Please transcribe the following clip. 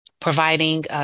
providing